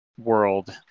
World